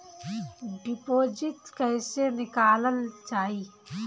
Deposit कैसे निकालल जाइ?